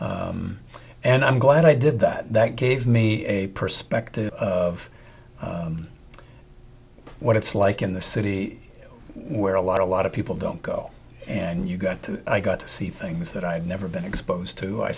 and i'm glad i did that that gave me a perspective of what it's like in the city where a lot a lot of people don't go and you got to i got to see things that i've never been